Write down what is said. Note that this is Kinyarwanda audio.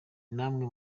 namwe